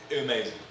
Amazing